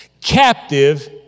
captive